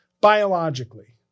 biologically